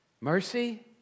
Mercy